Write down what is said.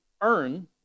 earn